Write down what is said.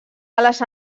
ales